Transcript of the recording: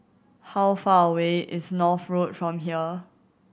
how far away is North Road from here